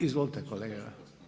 Izvolite kolega.